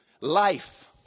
Life